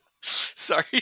sorry